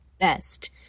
best